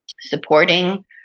supporting